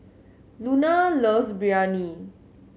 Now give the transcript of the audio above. Luna loves Biryani